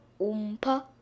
oompa